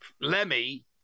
Lemmy